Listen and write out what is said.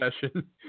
session